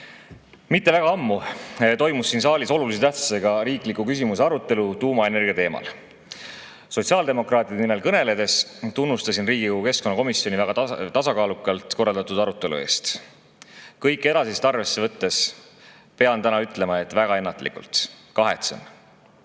saada. Mitte väga ammu toimus siin saalis olulise tähtsusega riikliku küsimuse arutelu tuumaenergia teemal. Sotsiaaldemokraatide nimel kõneledes tunnustasin Riigikogu keskkonnakomisjoni väga tasakaalukalt korraldatud arutelu eest. Kõike edasist arvesse võttes pean täna ütlema, et väga ennatlikult, kahetsen.